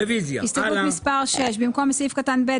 הסתייגות מספר 6. בסעיף קטן (ב),